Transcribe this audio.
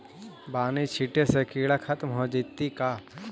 बानि छिटे से किड़ा खत्म हो जितै का?